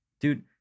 Dude